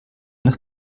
nach